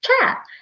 chat